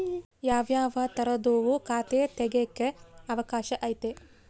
ಯಾವ್ಯಾವ ತರದುವು ಖಾತೆ ತೆಗೆಕ ಅವಕಾಶ ಐತೆ?